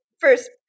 First